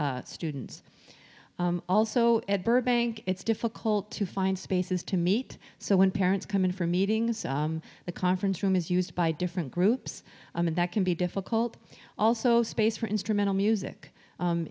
students also at burbank it's difficult to find spaces to meet so when parents come in for meetings the conference room is used by different groups and that can be difficult also space for instrumental music